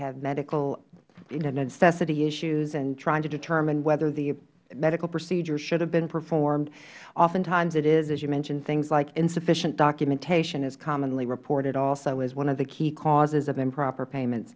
have medical necessity issues trying to determine whether the medical procedure should have been performed oftentimes it is as you mentioned things like insufficient documentation commonly reported as one of the key causes of improper payments